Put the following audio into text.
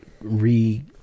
re